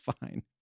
Fine